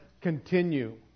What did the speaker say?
continue